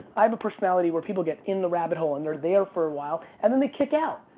i have a personality where people get in the rabbit hole and they're there for a while and then they kick out!